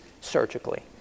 surgically